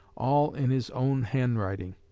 all in his own handwriting.